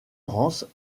rance